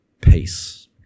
peace